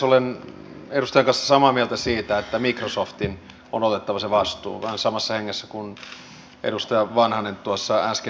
olen edustajan kanssa samaa mieltä siitä että microsoftin on otettava se vastuu vähän samassa hengessä kuin edustaja vanhanen tuossa äsken sanoi